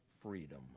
freedom